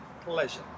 Pleasure